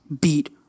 beat